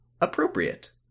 Appropriate